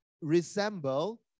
resemble